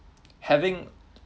having